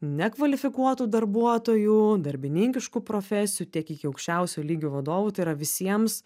nekvalifikuotų darbuotojų darbininkiškų profesijų tiek iki aukščiausio lygio vadovų tai yra visiems